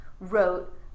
wrote